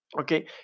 Okay